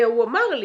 והוא אמר לי,